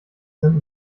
sind